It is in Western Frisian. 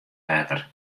wetter